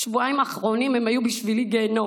השבועיים האחרונים היו בשבילי גיהינום.